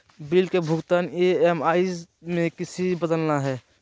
Bill के भुगतान EMI में किसी बदलना है?